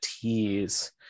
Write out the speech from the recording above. tease